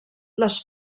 les